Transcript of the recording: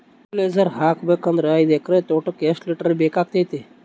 Fertiliser ಹಾಕಬೇಕು ಅಂದ್ರ ಐದು ಎಕರೆ ತೋಟಕ ಎಷ್ಟ ಲೀಟರ್ ಬೇಕಾಗತೈತಿ?